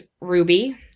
Ruby